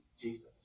Jesus